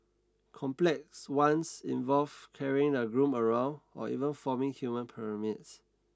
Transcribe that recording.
complex ones involve carrying the groom around or even forming human pyramids